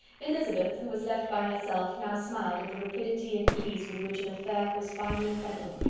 elizabeth, who was left by herself, now smiled at the rapidity and ease with which an affair was finally settled,